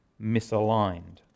misaligned